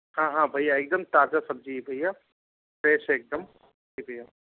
हाँ हाँ भैया एकदम ताज़ा सब्ज़ी है भैया फ़्रेश है एकदम जी भैया